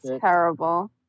terrible